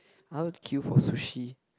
I would queue for sushi